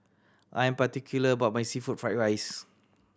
I'm particular about my seafood fried rice